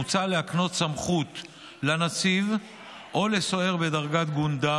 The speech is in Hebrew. מוצע להקנות סמכות לנציב או לסוהר בדרגת גונדר